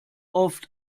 oft